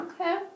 Okay